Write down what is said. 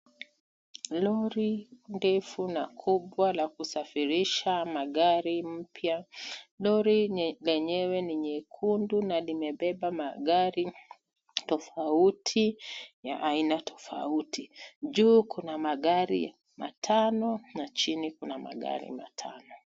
Lori kubwa na ndefu la kusafirisha magari mpya. Lori lenyewe ni nyekundu na limebeba magari tofauti ya aina tofauti. Juu kuna magari matano na chini kuna magari matano.